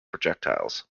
projectiles